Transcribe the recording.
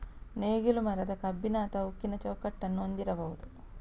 ನೇಗಿಲು ಮರದ, ಕಬ್ಬಿಣ ಅಥವಾ ಉಕ್ಕಿನ ಚೌಕಟ್ಟನ್ನು ಹೊಂದಿರಬಹುದು